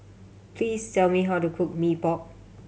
please tell me how to cook Mee Pok